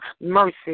Mercy